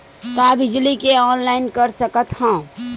का बिजली के ऑनलाइन कर सकत हव?